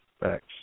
Thanks